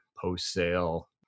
post-sale